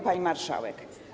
Pani Marszałek!